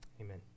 Amen